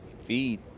feed